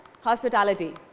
hospitality